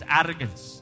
arrogance